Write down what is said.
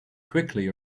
quickly